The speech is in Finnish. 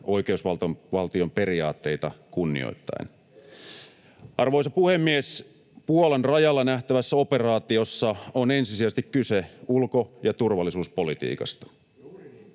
oikeusvaltion periaatteita kunnioittaen. Arvoisa puhemies! Puolan rajalla nähtävässä operaatiossa on ensisijaisesti kyse ulko- ja turvallisuuspolitiikasta.